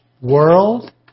world